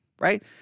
Right